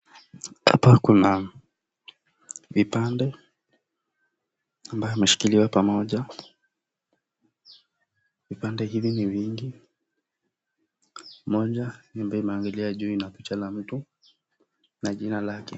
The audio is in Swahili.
Hapa kuna vipande ambayo imeshikiliwa pamoja . Vipande hivi ni vingi , moja ambayo imeangalia juu ina picha la mtu na jina lake.